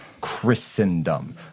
Christendom